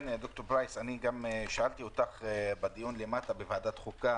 ד"ר פרייס, שאלתי אותך גם בדיון בוועדת חוקה